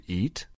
eat